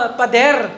pader